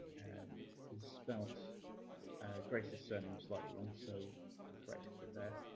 and and spelt grace's surname slightly wrong, so corrected it there.